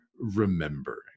remembering